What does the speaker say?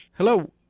Hello